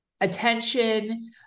attention